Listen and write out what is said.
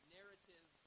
Narrative